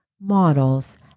models